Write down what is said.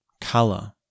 Color